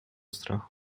strachu